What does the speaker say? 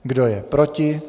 Kdo je proti?